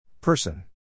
Person